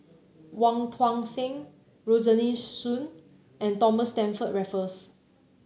Wong Tuang Seng Rosaline Soon and Thomas Stamford Raffles